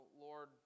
Lord